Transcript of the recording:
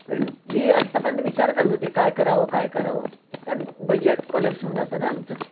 पण मी आतापर्यंत विचार करत होते काय करावं काय करावं काय बजेट कोलेप्स होऊन जातं ना आमचं